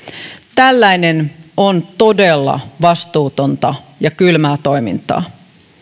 tällainen on todella vastuutonta ja kylmää toimintaa